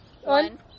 One